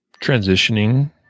transitioning